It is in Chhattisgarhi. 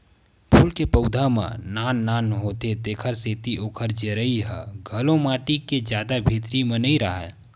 फूल के पउधा मन नान नान होथे तेखर सेती ओखर जरई ह घलो माटी के जादा भीतरी म नइ राहय